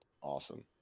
awesome